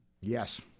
Yes